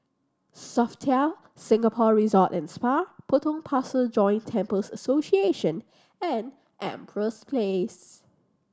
Sofitel Singapore Resort and Spa Potong Pasir Joint Temples Association and Empress Place